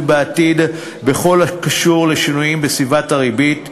בעתיד בכל הקשור לשינויים בסביבת הריבית,